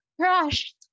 crushed